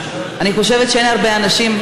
אני חושבת שאין הרבה אנשים,